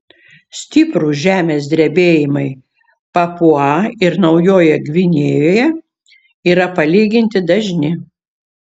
stiprūs žemės drebėjimai papua ir naujojoje gvinėjoje yra palyginti dažni